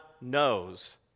knows